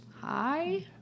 Hi